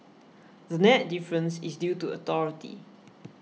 the net difference is due to authority